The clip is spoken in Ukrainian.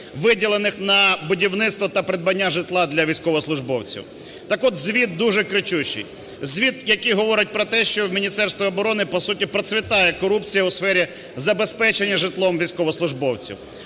виділених на будівництво та придбання житла для військовослужбовців. Так от, звіт дуже кричущий, звіт, який говорить про те, що в Міністерстві оборони по суті процвітає корупція у сфері забезпечення житлом військовослужбовців.